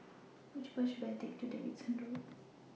Which Bus should I Take to Davidson Road